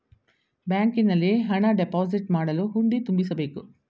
ಬ್ಯಾಂಕಿನಲ್ಲಿ ಹಣ ಡೆಪೋಸಿಟ್ ಮಾಡಲು ಹುಂಡಿ ತುಂಬಿಸಬೇಕು